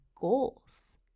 goals